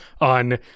on